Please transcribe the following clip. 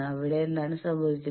അവിടെ എന്താണ് സംഭവിക്കുന്നത്